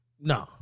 No